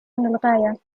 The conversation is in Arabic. للغاية